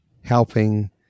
helping